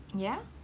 ya